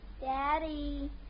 Daddy